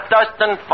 Dustin